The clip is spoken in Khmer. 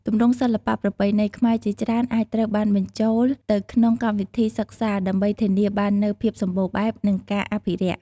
ទម្រង់សិល្បៈប្រពៃណីខ្មែរជាច្រើនអាចត្រូវបានបញ្ចូលទៅក្នុងកម្មវិធីសិក្សា ដើម្បីធានាបាននូវភាពសម្បូរបែប និងការអភិរក្ស។